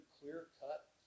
clear-cut